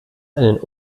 einen